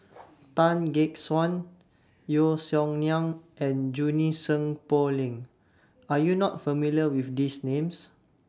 Tan Gek Suan Yeo Song Nian and Junie Sng Poh Leng Are YOU not familiar with These Names